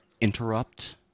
interrupt